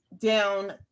down